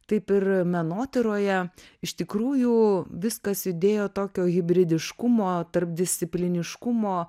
taip ir menotyroje iš tikrųjų viskas judėjo tokio hibridiškumo tarpdiscipliniškumo